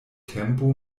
tempo